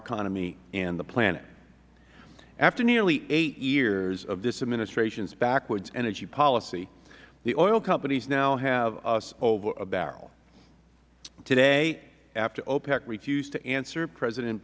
economy and the planet after nearly eight years of this administration's backwards energy policy the oil companies now have us over a barrel today after opec refused to answer president